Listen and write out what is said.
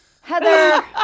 Heather